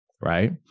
right